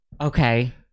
Okay